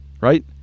Right